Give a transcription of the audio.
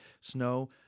snow